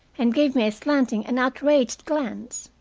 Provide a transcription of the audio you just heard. and gave me a slanting and outraged glance.